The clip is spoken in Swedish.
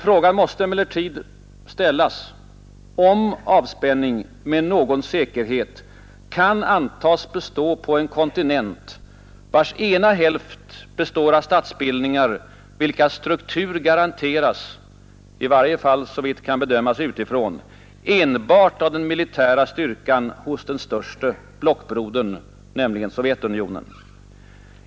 Frågan måste emellertid ställas, om avspänning med någon säkerhet kan antas bestå inom en kontinent, vars ena hälft består av statsbildningar vilkas struktur garanteras — såvitt utifrån kan bedömas — enbart av den militära styrkan hos den största blockbrodern, nämligen Sovjetunionen.